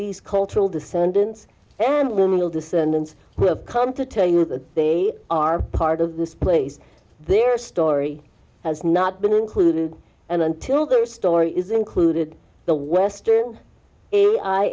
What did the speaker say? these cultural descendants and normal descendants will come to tell you that they are part of this place their story has not been included and until their story is included the western i